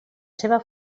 seva